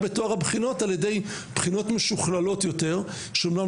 בטוהר הבחינות על ידי בחינות משוכללות יותר שאמנם